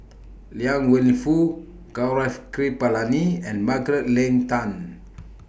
Liang Wenfu Gaurav Kripalani and Margaret Leng Tan